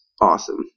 awesome